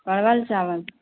परमल चाबल